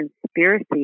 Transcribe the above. conspiracy